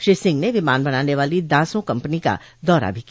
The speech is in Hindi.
श्री सिंह ने विमान बनाने वाली दासों कम्पनी का दौरा भी किया